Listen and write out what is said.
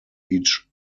each